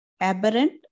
aberrant